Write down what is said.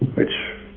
which